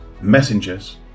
messengers